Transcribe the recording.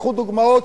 תיקחו דוגמאות,